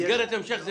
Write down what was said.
מסגרת המשך זה